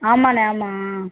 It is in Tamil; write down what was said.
ஆமாம்ணே ஆமாம்